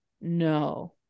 No